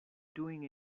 doing